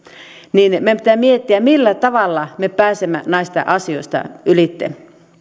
meidän pitää miettiä millä tavalla me pääsemme näistä asioista ylitse